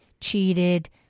cheated